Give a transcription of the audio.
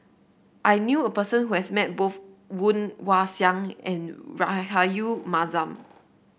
I knew a person who has met both Woon Wah Siang and Rahayu Mahzam